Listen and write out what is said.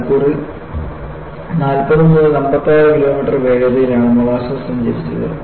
മണിക്കൂറിൽ 40 മുതൽ 56 കിലോമീറ്റർ വേഗതയിലാണ് മോളാസസുകൾ സഞ്ചരിച്ചത്